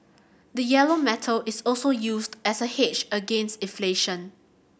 the yellow metal is also used as a hedge against inflation